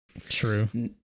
True